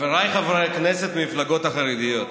חבריי חברי הכנסת מהמפלגות החרדיות,